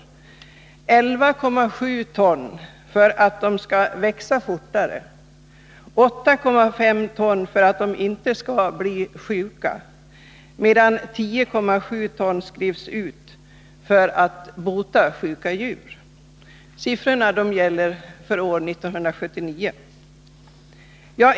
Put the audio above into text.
De får 11,7 ton för att de skall växa fortare och 8,5 ton för att de inte skall bli sjuka, medan 10,7 ton skrivs ut för att bota sjuka djur. Siffrorna gäller år 1979.